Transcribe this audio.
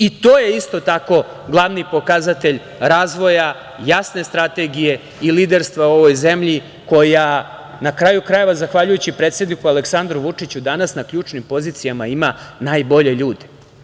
I to je isto tako glavni pokazatelj razvoja, jasne strategije i liderstva u ovoj zemlji koja na kraju krajeva, zavaljujući predsedniku Aleksandru Vučiću danas na ključnim pozicijama ima najbolje ljude.